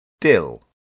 dill